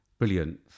Brilliant